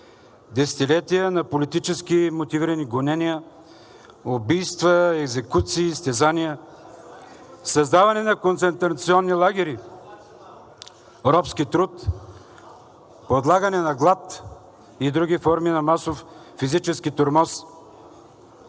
Десетилетия на политически мотивирани гонения, убийства, екзекуции, изтезания, създаване на концентрационни лагери, робски труд, подлагане на глад и други форми на масов физически тормоз